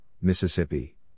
Mississippi